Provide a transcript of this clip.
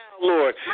Lord